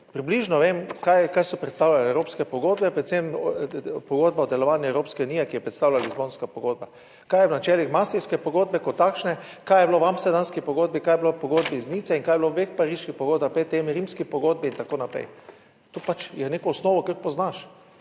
približno vem kaj so predstavljale evropske pogodbe, predvsem pogodba o delovanju Evropske unije, ki jo predstavlja Lizbonska pogodba. Kaj je v načelih maastrichtske pogodbe kot takšne, kaj je bilo v amsterdamski pogodbi, kaj je bilo v pogodbi iz Nice in kaj je bilo v obeh pariških pogodbah pred tem, rimski pogodbi in tako naprej. To pač je neko osnovo, kar poznaš